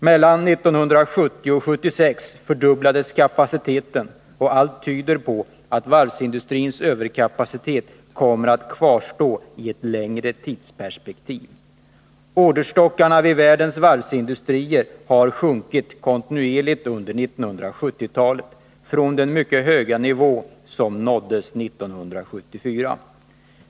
Mellan 1970 och 1976 fördubblades kapaciteten, och allt tyder på att varvsindustrins överkapacitet kommer att kvarstå även i ett längre tidsperspektiv. 37 Orderstockarna vid världens varvsindustrier har sjunkit kontinuerligt under 1970-talet från den mycket höga nivå som nåddes 1974.